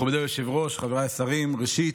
מכובדי היושב-ראש, חבריי השרים, ראשית,